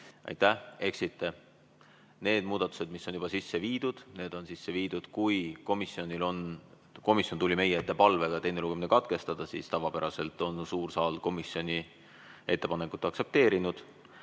Aitäh! Eksite. Need muudatused, mis on juba sisse viidud, on sisse viidud. Komisjon tuli meie ette palvega teine lugemine katkestada. Tavapäraselt on suur saal komisjoni ettepanekut aktsepteerinud,